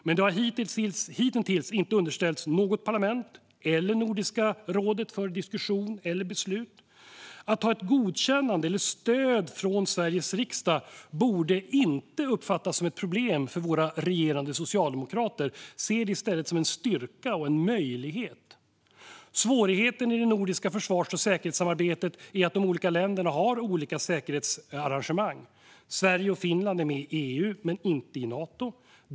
Men det har hittills inte underställts något parlament eller Nordiska rådet för diskussion eller beslut. Att ha ett godkännande eller stöd från Sveriges riksdag borde inte uppfattas som ett problem för våra regerande socialdemokrater. Se det i stället som en styrka och en möjlighet! Svårigheten i det nordiska försvars och säkerhetssamarbetet är att de olika länderna har olika säkerhetsarrangemang. Sverige och Finland är med i EU, men inte i Nato.